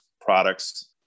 products